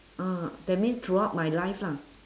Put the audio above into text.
uh that means throughout my life lah